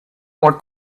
more